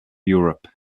europe